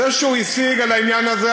זה שהוא השיג על העניין הזה,